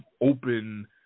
open